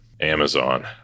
amazon